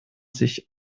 sich